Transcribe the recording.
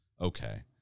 Okay